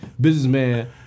businessman